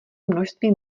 množství